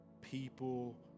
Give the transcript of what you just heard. people